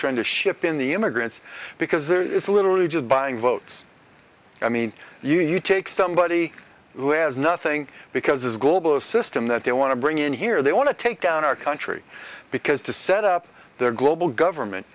trying to ship in the immigrants because there is literally just buying votes i mean you take somebody who has nothing because this global system that they want to bring in here they want to take down our country because to set up their global government